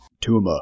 Tuma